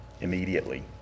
immediately